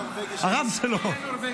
מיכאל ביטון,